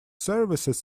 services